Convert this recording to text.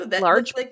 large